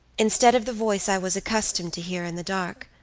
instead of the voice i was accustomed to hear in the dark,